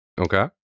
okay